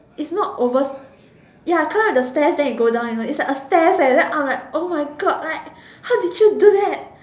it's not over ya climb up the stairs then it go down you know it's like a stairs eh then I'm oh my god how did you do that